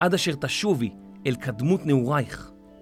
עד אשר תשובי אל קדמות נעורייך.